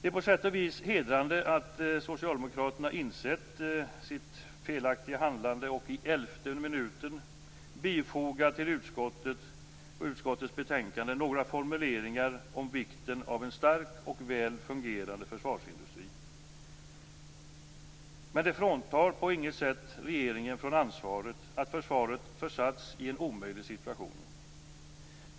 Det är på sätt och vis hedrande att Socialdemokraterna har insett sitt felaktiga handlande och i elfte minuten bifogat till utskottets betänkande några formuleringar om vikten av en stark och väl fungerande försvarsindustri. Men det fråntar på intet sätt regeringen från ansvaret för att försvaret försatts i en omöjlig situation.